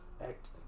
act